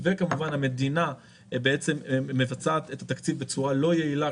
וכמובן המדינה מבצעת את התקציב בצורה לא יעילה,